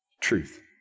truth